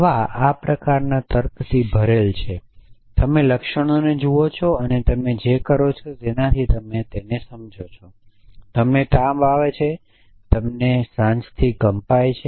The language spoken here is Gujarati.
દવા આ પ્રકારના તર્કથી ભરેલી છે કે તમે લક્ષણોને જુઓ છો અને તમે જે કરો છો તેનાથી તમે સમજો છો તમને તાવ આવે છે જે તમને સાંજથી કંપાય છે